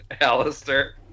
Alistair